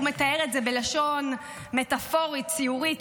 הוא מתאר את זה בלשון מטאפורית, ציורית.